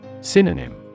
Synonym